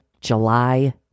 July